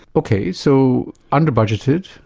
ok, so under-budgeted.